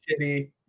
shitty